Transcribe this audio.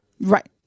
Right